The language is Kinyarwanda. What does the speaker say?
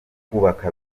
kwubaka